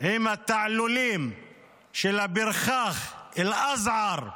היא התעלולים של הפרחח, (אומר בערבית: